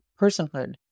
personhood